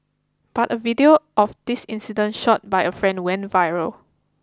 but a video of this incident shot by a friend went viral